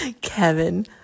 Kevin